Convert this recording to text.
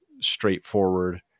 straightforward